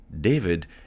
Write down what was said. David